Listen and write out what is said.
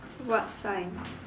what sign